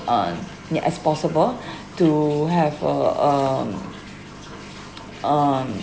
uh ya as possible to have uh um um